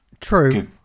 true